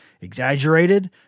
exaggerated